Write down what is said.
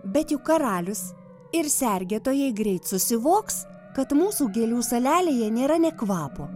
bet juk karalius ir sergėtojai greit susivoks kad mūsų gėlių salelėje nėra nė kvapo